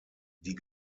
die